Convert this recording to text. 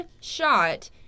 shot